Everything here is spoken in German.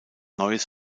neues